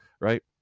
right